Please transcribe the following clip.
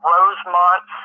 Rosemont